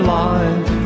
life